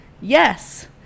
Yes